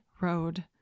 road